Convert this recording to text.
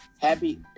Happy